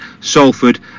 Salford